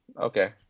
Okay